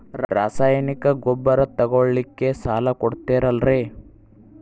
ರಾಸಾಯನಿಕ ಗೊಬ್ಬರ ತಗೊಳ್ಳಿಕ್ಕೆ ಸಾಲ ಕೊಡ್ತೇರಲ್ರೇ?